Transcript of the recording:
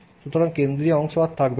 সুতরাং কেন্দ্রীয় অংশ আর থাকবে না